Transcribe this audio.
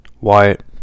Wyatt